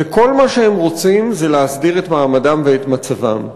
וכל מה שהם רוצים זה להסדיר את מעמדם ואת מצבם.